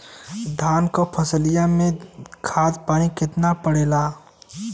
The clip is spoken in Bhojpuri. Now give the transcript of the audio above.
धान क फसलिया मे खाद पानी कितना पड़े ला?